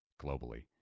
globally